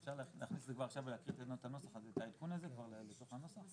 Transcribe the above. אפשר להכניס את זה כבר עכשיו ולהקריא את העדכון בתוך בנוסח?